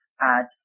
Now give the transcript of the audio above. add